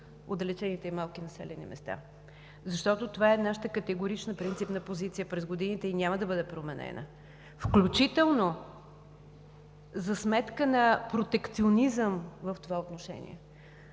в отдалечените и малки населени места, защото това е нашата категорична принципна позиция през годините и няма да бъде променена, включително за сметка на протекционизъм в това отношение.